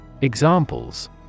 Examples